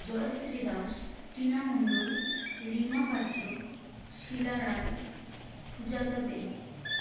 Jayashree Das Tina Mondal Rima Patra Sheela Roy Sujata দে